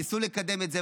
ניסו לקדם את זה.